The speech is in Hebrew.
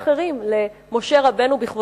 למשה רבנו בכבודו ובעצמו,